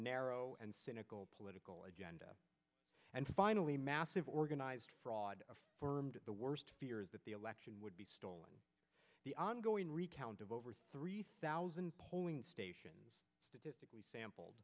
narrow and cynical political agenda and finally massive organized fraud affirmed the worst fears that the election would be stolen the ongoing recount of over three thousand polling stations statistically sample